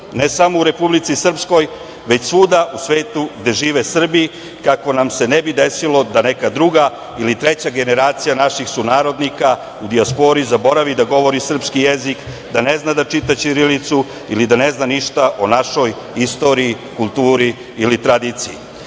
ne samo u Republici Srpskoj, već svuda u svetu gde žive Srbi, kako nam se ne bi desilo da neka druga ili treća generacija naših sunarodnika u dijaspori zaboravi da govori srpski jezik, da ne zna da čita ćirilicu ili da ne zna ništa o našoj istoriji, kulturi ili tradiciji. Kada